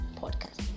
podcast